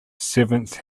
servants